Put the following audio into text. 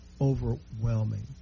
overwhelming